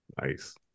Nice